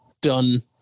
done